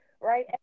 right